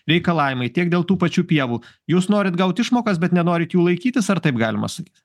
reikalavimai tiek dėl tų pačių pievų jūs norit gaut išmokas bet nenorit jų laikytis ar taip galima sakyt